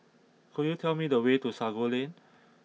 could you tell me the way to Sago Lane